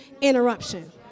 interruption